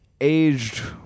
aged